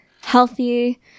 healthy